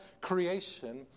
creation